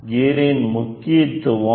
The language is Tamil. கியர் இன் முக்கியத்துவம்